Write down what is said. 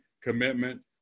commitment